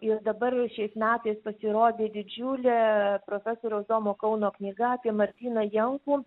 ir dabar šiais metais pasirodė didžiulė profesoriaus domo kauno knyga apie martyną jankų